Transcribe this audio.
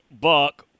Buck